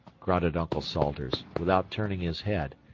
grunted uncle salters, without turning his head,